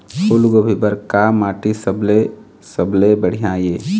फूलगोभी बर का माटी सबले सबले बढ़िया ये?